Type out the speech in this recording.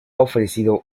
ofrecido